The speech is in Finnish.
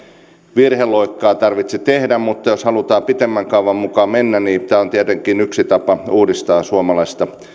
virheloikkaa tarvitse tehdä mutta jos halutaan pitemmän kaavan mukaan mennä niin tämä on tietenkin yksi tapa uudistaa suomalaista